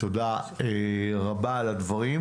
תודה רבה על הדברים.